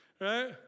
Right